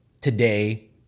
today